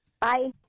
Bye